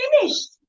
finished